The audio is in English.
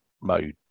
mode